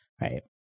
right